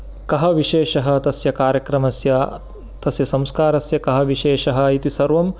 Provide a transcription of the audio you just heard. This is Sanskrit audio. कः विशेषः तस्य कार्यक्रमस्य तस्य संस्कारस्य कः विशेषः इति सर्वं